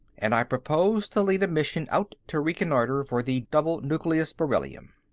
and i propose to lead a mission out to reconnoitre for the double-nucleus beryllium.